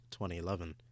2011